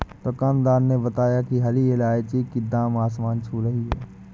दुकानदार ने बताया कि हरी इलायची की दाम आसमान छू रही है